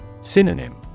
Synonym